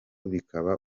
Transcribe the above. bikaba